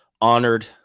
honored